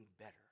better